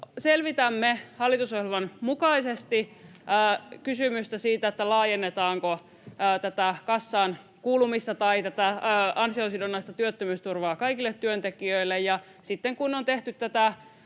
Selvitämme hallitusohjelman mukaisesti kysymystä siitä, laajennetaanko kassaan kuulumista tai ansiosidonnaista työttömyysturvaa kaikille työntekijöille, ja sitten kun on tehty tätä